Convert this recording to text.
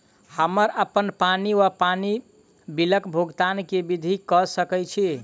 हम्मर अप्पन पानि वा पानि बिलक भुगतान केँ विधि कऽ सकय छी?